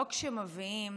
לא כשמביאים